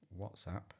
WhatsApp